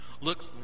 Look